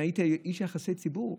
אם הייתי איש יחסי ציבור,